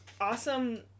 awesome